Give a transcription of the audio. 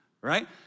right